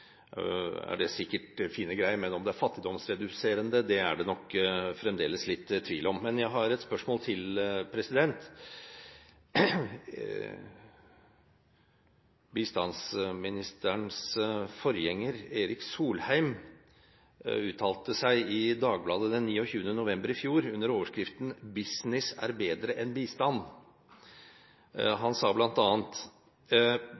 sikkert fine greier, men det er nok fremdeles litt tvil om det er fattigdomsreduserende. Men jeg har et spørsmål til: Bistandsministerens forgjenger, Erik Solheim, uttalte i Dagbladet 29. november i fjor, under overskriften: «Business bedre enn bistand.»